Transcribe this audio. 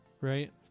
right